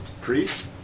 priest